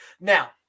now